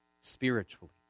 spiritually